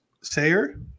Sayer